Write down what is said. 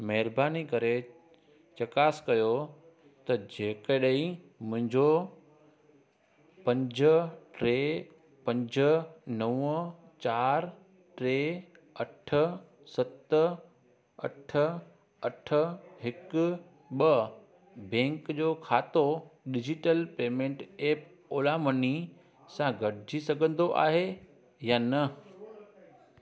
महिरबानी करे चकास कयो त जेकॾहिं मुंहिंजो पंज टे पंज नव चारि टे अठ सत अठ अठ हिकु ॿ बैंक जो खातो digital payment app Ola money सां गॾजी सघंदो आहे या न